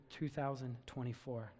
2024